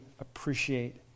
appreciate